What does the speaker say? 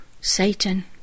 Satan